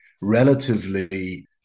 relatively